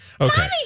Okay